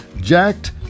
jacked